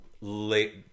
late